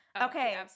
Okay